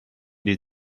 die